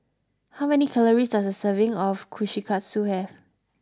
how many calories does a serving of Kushikatsu have